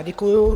Děkuju.